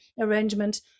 arrangement